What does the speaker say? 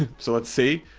so let's see,